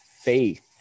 faith